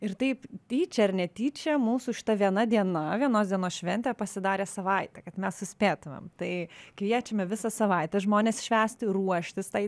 ir taip tyčia ar netyčia mūsų šita viena diena vienos dienos šventė pasidarė savaite kad mes suspėtumėm tai kviečiame visą savaitę žmones švęsti ruoštis tai